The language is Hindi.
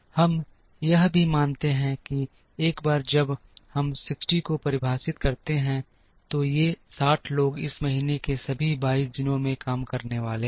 हम यह भी मानते हैं कि एक बार जब हम 60 को परिभाषित करते हैं तो ये 60 लोग इस महीने के सभी 22 दिनों में काम करने वाले हैं